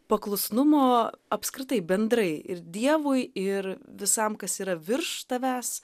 paklusnumo apskritai bendrai ir dievui ir visam kas yra virš tavęs